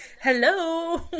hello